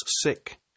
sick